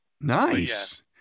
Nice